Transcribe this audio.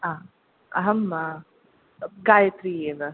हा अहं गायत्री एव